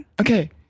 Okay